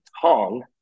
Hong